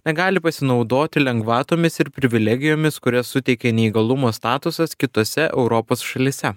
negali pasinaudoti lengvatomis ir privilegijomis kurias suteikė neįgalumo statusas kitose europos šalyse